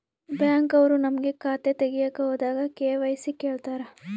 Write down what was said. Bank ಅವ್ರು ನಮ್ಗೆ ಖಾತೆ ತಗಿಯಕ್ ಹೋದಾಗ ಕೆ.ವೈ.ಸಿ ಕೇಳ್ತಾರಾ?